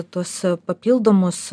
tuos papildomus